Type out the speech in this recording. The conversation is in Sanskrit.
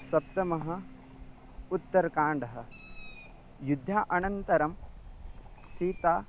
सप्तमः उत्तरकाण्डः युद्धानन्तरं सीता